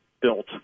built